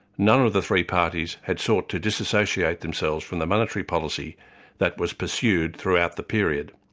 none of the three parties had sought to disassociate themselves from the monetary policy that was pursued throughout the period.